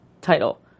title